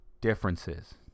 differences